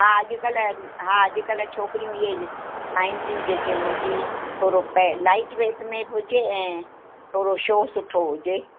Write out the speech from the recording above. हा अॼकल्ह हा अॼकल्ह छोकरियूं इहे पाइनि थियूं जेके मुंडी थोरो लाइट वेट में बि हुजे ऐं थोरो शो सुठो हुजे